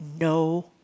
no